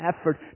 effort